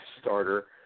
starter